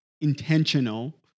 intentional